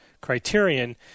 criterion